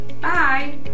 bye